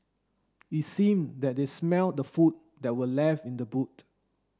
it seemed that they smelt the food that were left in the boot